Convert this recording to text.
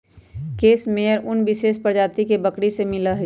case मेयर उन विशेष प्रजाति के बकरी से मिला हई